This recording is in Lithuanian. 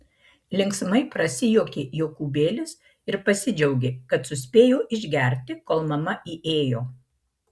linksmai prasijuokė jokūbėlis ir pasidžiaugė kad suspėjo išgerti kol mama įėjo